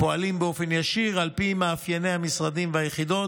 שפועלים באופן ישיר על פי מאפייני המשרדים והיחידות.